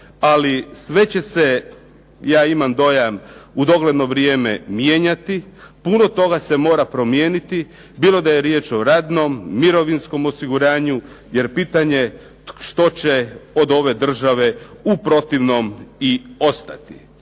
ali sve će se, ja imam dojam, u dogledno vrijeme mijenjati. Puno toga se mora promijeniti, bilo da je riječ o radnom, mirovinskom osiguranju jer pitanje je što će od ove države u protivnom i ostati.